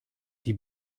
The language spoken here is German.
die